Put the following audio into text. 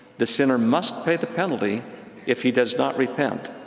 the sinner must pay the penalty if he does not repent.